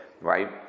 right